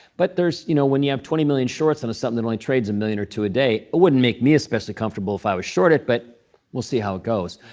but there's you know when you have twenty million shorts and is something that only trades a million or two a day, it wouldn't make me especially comfortable if i was short it. but we'll see how it goes.